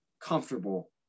comfortable